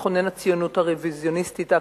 מכונן הציונות הרוויזיוניסטית האקטיביסטית,